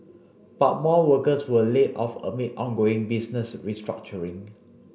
but more workers were laid off amid ongoing business restructuring